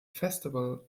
festival